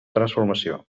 transformació